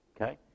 Okay